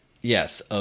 Yes